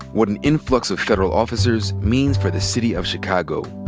what an influx of federal officers means for the city of chicago.